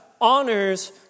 honors